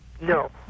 No